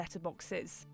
letterboxes